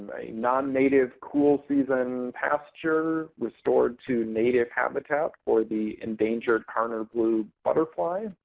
um a non-native, cool season pasture restored to native habitat for the endangered karner blue butterfly.